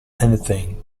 anything